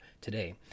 today